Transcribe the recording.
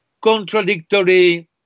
contradictory